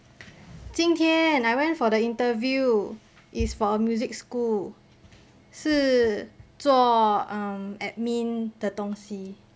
今天 I went for the interview it's for a music school 是做 um admin 的东西